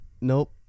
Nope